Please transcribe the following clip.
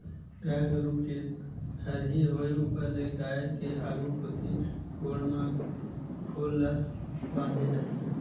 गाय गरु के हरही होय ऊपर ले गाय के आघु कोती गोड़ म खोल ल बांधे जाथे